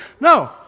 No